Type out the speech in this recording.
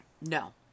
No